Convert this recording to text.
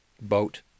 boat